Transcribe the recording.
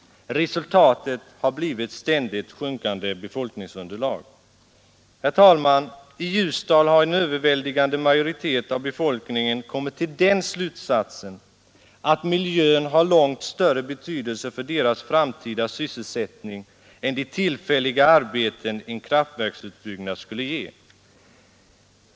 Resultatet har blivit ständigt sjunkande befolkningsunderlag. Herr talman! I Ljusdal har en överväldigande majoritet av befolkningen kommit till den slutsatsen att miljön har långt större betydelse för den framtida sysselsättningen än de tillfälliga arbeten en kraftverksutbyggnad skulle ge.